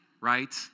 right